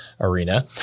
arena